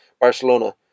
Barcelona